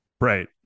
Right